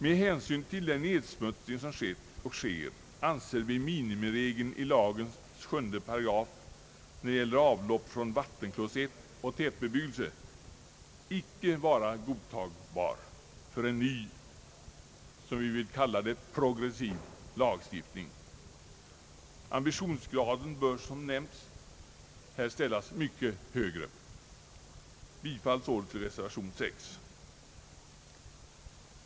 Med hänsyn till den nedsmutsning som skett och sker anser vi minimiregeln i lagens sjunde paragraf när det gäller avlopp från vatten klosett och tätbebyggelse icke vara godtagbar för en ny — och som vi vill kalla den progressiv —lagstiftning. Ambitionerna bör, som nämnts, här ställas mycket högre än i förslaget. Jag yrkar således bifall till reservation VI.